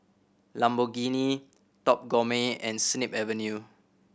Lamborghini Top Gourmet and Snip Avenue